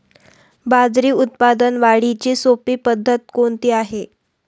बाजरी उत्पादन वाढीची सोपी पद्धत कोणती आहे?